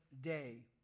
day